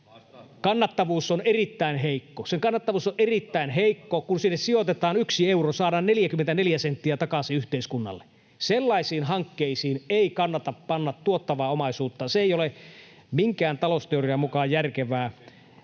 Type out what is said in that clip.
kannattavuus on erittäin heikko. Kun sinne sijoitetaan yksi euro, saadaan 44 senttiä takaisin yhteiskunnalle. Sellaisiin hankkeisiin ei kannata panna tuottavaa omaisuutta. Se ei ole minkään talousteorian mukaan järkevää.